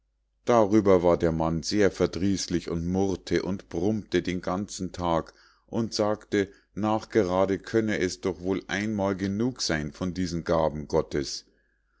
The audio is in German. darüber war der mann sehr verdrießlich und murrte und brummte den ganzen tag und sagte nachgerade könne es doch wohl einmal genug sein von diesen gaben gottes